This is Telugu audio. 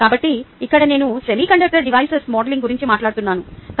కాబట్టి ఇక్కడ నేను సెమీకండక్టర్ డివైస్ మోడలింగ్ గురించి మాట్లాడుతున్నాను